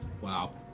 Wow